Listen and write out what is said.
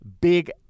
big